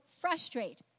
frustrate